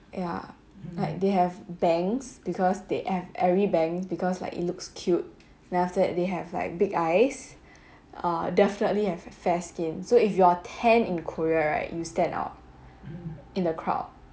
ya like they have bangs because they have airy bangs because like it looks cute then after that they have like big eyes uh definitely have a fair skin so if you are tan in korea right you stand out in the crowd